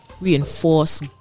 reinforce